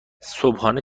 صبحانه